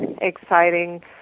exciting